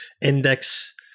index